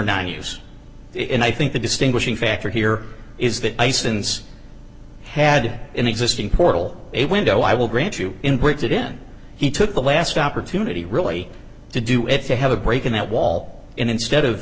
it and i think the distinguishing factor here is that i since had an existing portal a window i will grant you in bridget in he took the last opportunity really to do it to have a break in that wall and instead of